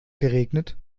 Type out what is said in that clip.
geregnet